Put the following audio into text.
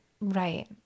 Right